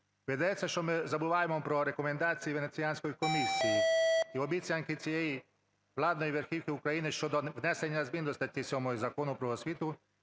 Видається, що ми забуваємо про рекомендації Венеціанської комісії і обіцянки цієї владної верхівки України щодо внесення до статті 7 Закону України "Про освіту"